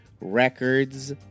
Records